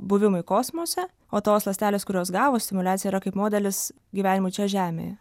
buvimui kosmose o tos ląstelės kurios gavo stimuliaciją yra kaip modelis gyvenimui čia žemėje